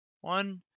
One